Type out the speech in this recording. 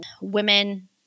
Women